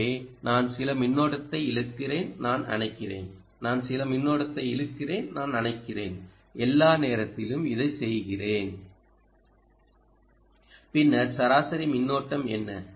எனவே நான் சில மின்னோட்டத்தை இழுக்கிறேன் நான் அணைக்கிறேன் நான் சில மின்னோட்டத்தை இழுக்கிறேன் நான் அணைக்கிறேன் எல்லா நேரத்திலும் இதைச் செய்கிறேன் பின்னர் சராசரி மின்னோட்டம் என்ன